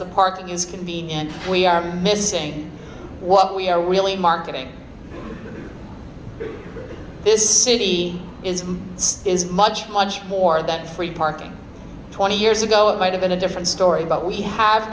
the park is convenient we are missing what we are really marketing this city is is much much more that free parking twenty years ago it might have been a different story but we have